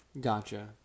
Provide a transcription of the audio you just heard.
Gotcha